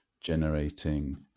generating